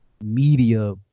media